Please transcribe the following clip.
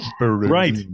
right